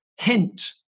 hint